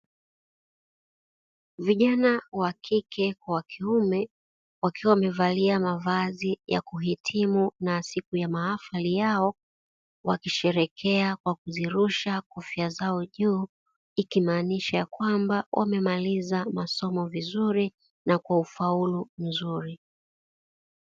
Vijana wa kike kwa wa kiume, wakiwa wamevalia mavazi ya kuhitimu na siku ya mahafali yao, wakisherehekea kwa kuzirusha kofia zao juu, ikimaanisha kwamba wamemaliza masomo vizuri na kwa ufaulu mzuri.